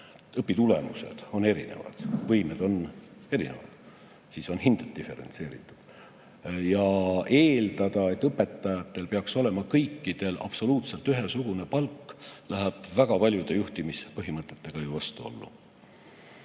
õpitulemused on erinevad, võimed on erinevad, seega on ka hinded diferentseeritud. Eeldada, et õpetajatel peaks olema kõikidel absoluutselt ühesugune palk – see läheb väga paljude juhtimispõhimõtetega vastuollu.